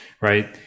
right